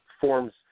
forms